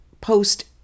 post